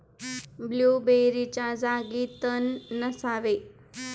ब्लूबेरीच्या जागी तण नसावे